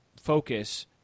focus